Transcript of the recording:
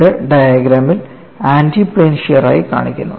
ഇത് ഡയഗ്രാമിൽ anti plane ഷിയറായി കാണിക്കുന്നു